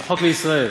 "חוק לישראל".